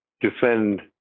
defend